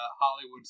Hollywood